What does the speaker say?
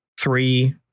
three